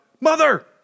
Mother